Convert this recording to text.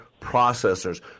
processors